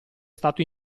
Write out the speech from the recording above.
stato